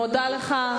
מודה לך,